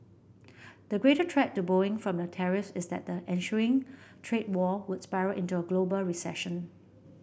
the greater threat to Boeing from the tariffs is that the ensuing trade war would spiral into a global recession